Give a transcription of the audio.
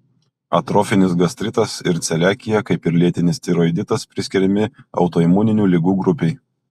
atrofinis gastritas ir celiakija kaip ir lėtinis tiroiditas priskiriami autoimuninių ligų grupei